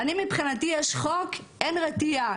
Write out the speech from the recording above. מבחינתי יש חוק אבל אין רתיעה,